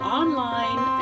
online